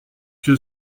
que